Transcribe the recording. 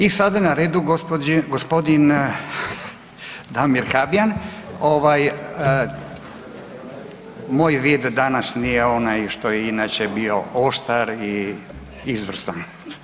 I sada je na redu gospodin Damir Habijan, ovaj moj vid danas nije onaj što je inače bio oštar i izvrstan.